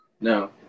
No